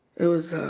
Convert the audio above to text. it was